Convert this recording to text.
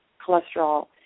cholesterol